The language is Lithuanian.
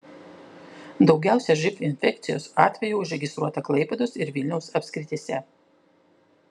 daugiausiai živ infekcijos atvejų užregistruota klaipėdos ir vilniaus apskrityse